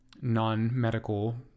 non-medical